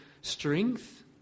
strength